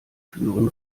türen